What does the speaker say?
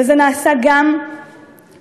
וזה נעשה גם בדיבורים,